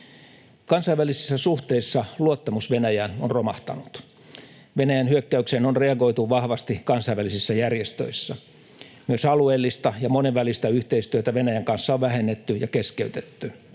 Kansainvälisissä suhteissa luottamus Venäjään on romahtanut. Venäjän hyökkäykseen on reagoitu vahvasti kansainvälisissä järjestöissä. Myös alueellista ja monenvälistä yhteistyötä Venäjän kanssa on vähennetty ja keskeytetty.